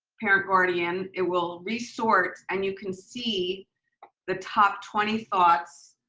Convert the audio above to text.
parent guardian, it will resort and you can see the top twenty thoughts